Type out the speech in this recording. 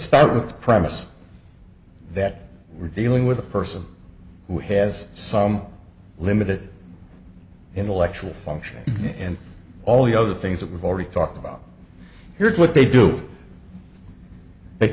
start with the premise that we're dealing with a person who has some limited intellectual function and all the other things that we've already talked about here's what they do they